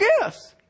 gifts